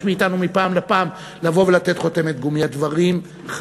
מאתנו מפעם לפעם לבוא ולתת חותמת גומי.